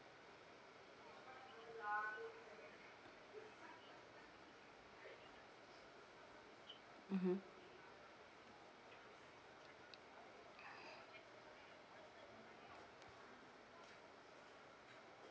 mmhmm